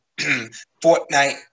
Fortnite